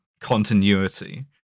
continuity